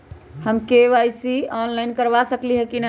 हम KYC online करवा सकली ह कि न?